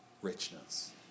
richness